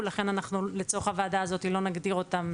לכן אנחנו לצורך הוועדה הזאת לא נגדיר אותם,